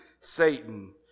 Satan